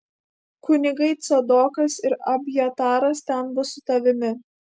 kunigai cadokas ir abjataras ten bus su tavimi